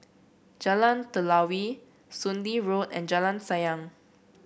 Jalan Telawi Soon Lee Road and Jalan Sayang